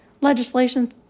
Legislation